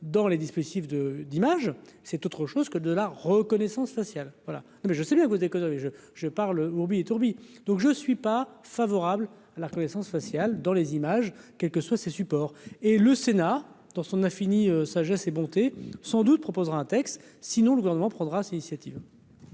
dans les dispositifs de d'images, c'est autre chose que de la reconnaissance faciale voilà mais je sais bien que vous économique je je parle pour lui, donc je suis pas favorable à la reconnaissance faciale dans les images, quels que soient ses supports et le Sénat dans son a fini sagesse et monté sans doute proposera un texte sinon le gouvernement prendra si.